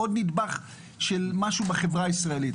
זה עוד נדבך של משהו בחברה הישראלית.